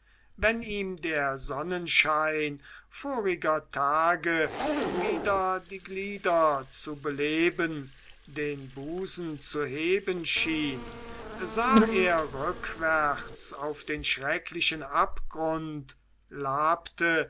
wenn ihm der sonnenschein voriger tage wieder die glieder zu beleben den busen zu heben schien sah er rückwärts auf den schrecklichen abgrund labte